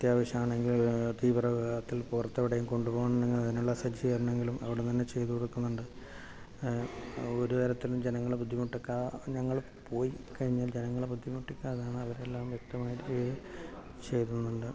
അത്യാവശ്യമാണെങ്കിൽ തീവ്രവിഭാഗത്തിൽ പുറത്തെവിടെയെങ്കിലും കൊണ്ടുപോകേണ്ടി വന്നാൽ അതിനുള്ള സജ്ജീകരണങ്ങളും അവിടെന്ന് ചെയ്തു കൊടുക്കുന്നുണ്ട് ഒരു തരത്തിലും ജനങ്ങളെ ബുദ്ധിമുട്ടിക്കാതെ ഞങ്ങൾ പോയ് കഴിഞ്ഞു ജനങ്ങളെ ബുദ്ധിമുട്ടിക്കാതെ ആണ് ഇതെല്ലാം വ്യക്തമായിട്ട് ചെയ്യുന്നുണ്ട്